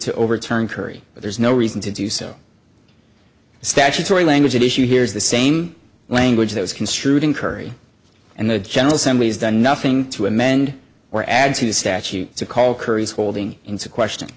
to overturn curry but there's no reason to do so statutory language at issue here is the same language that was construed in curry and the general assembly has done nothing to amend or add to the statute to call curry's holding into question